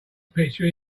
picture